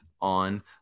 on